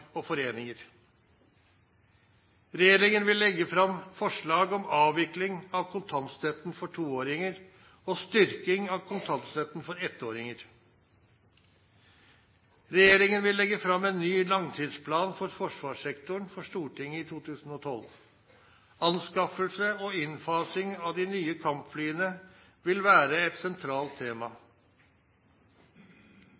og foreninger. Regjeringen vil legge fram forslag om avvikling av kontantstøtten for toåringer og styrking av kontantstøtten for ettåringer. Regjeringen vil legge fram en ny langtidsplan for forsvarssektoren for Stortinget i 2012. Anskaffelse og innfasing av de nye kampflyene vil være et sentralt tema.